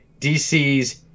DC's